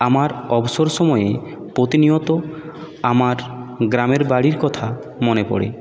আমার অবসর সময়ে প্রতিনিয়ত আমার গ্রামের বাড়ির কথা মনে পরে